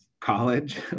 college